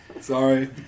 sorry